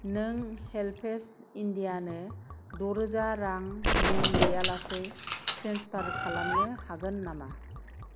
नों हेल्पेज इन्डियानो द'रोजा रां मुं गैयालासै ट्रेन्सफार खालामनो हागोन नामा